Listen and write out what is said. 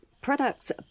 products